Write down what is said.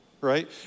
right